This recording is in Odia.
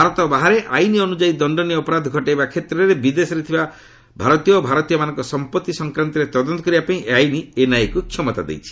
ଭାରତ ବାହାରେ ଆଇନ ଅନୁଯାୟୀ ଦଶ୍ଚନୀୟ ଅପରାଧ ଘଟାଇବା କ୍ଷେତ୍ରରେ ବିଦେଶରେ ଥିବା ଭାରତୀୟ ଓ ଭାରତୀୟମାନଙ୍କ ସମ୍ପତ୍ତି ସଂକ୍ରାନ୍ତରେ ତଦନ୍ତ କରିବାପାଇଁ ଏହି ଆଇନ ଏନ୍ଆଇଏକୁ କ୍ଷମତା ଦେଇଛି